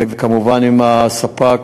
וכמובן עם הספק,